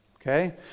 okay